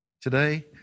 today